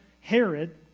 Herod